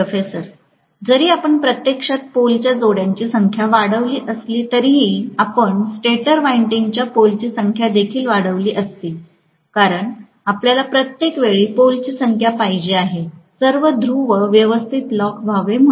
professor जरी आपण प्रत्यक्षात पोलच्या जोड्यांची संख्या वाढविली असली तरीही आपण स्टेटर वाईडिंगच्या पोलची संख्या देखील वाढवली असती कारण आपल्याला प्रत्येक वेळी पोलची संख्या पाहिजे आहे सर्व ध्रुव व्यवस्थित लॉक व्हावे म्हणून